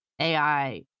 AI